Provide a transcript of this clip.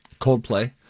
Coldplay